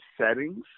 settings